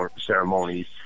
ceremonies